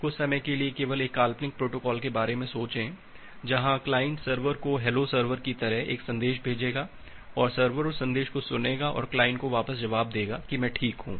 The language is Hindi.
कुछ समय के लिए केवल एक काल्पनिक प्रोटोकॉल के बारे में सोचें जहां क्लाइंट सर्वर को हैलो सर्वर की तरह एक संदेश भेजेगा और सर्वर उस संदेश को सुनेगा और क्लाइंट को वापस जवाब देगा कि मैं ठीक हूं